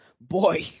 Boy